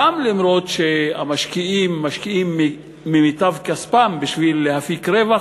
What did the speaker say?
גם אם המשקיעים משקיעים ממיטב כספם בשביל להפיק רווח,